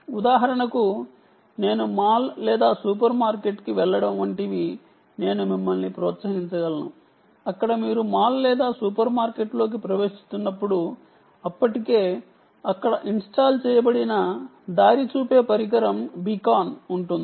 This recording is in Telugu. ఉదాహరణకు నేను మాల్ లేదా సూపర్ మార్కెట్కి వెళ్లడం వంటివి నేను మిమ్మల్ని ప్రోత్సహించగలను అక్కడ మీరు మాల్ లేదా సూపర్ మార్కెట్లోకి ప్రవేశిస్తున్నప్పుడు అప్పటికే అక్కడ ఇన్స్టాల్ చేయబడిన బీకాన్ ఉంటుంది